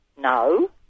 no